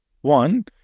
One